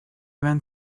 went